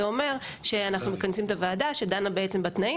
אומר שאנחנו מכנסים את הוועדה שדנה בתנאים,